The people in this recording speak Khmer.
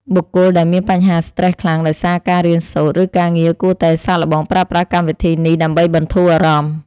បុគ្គលដែលមានបញ្ហាស្ត្រេសខ្លាំងដោយសារការរៀនសូត្រឬការងារគួរតែសាកល្បងប្រើប្រាស់កម្មវិធីនេះដើម្បីបន្ធូរអារម្មណ៍។